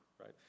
right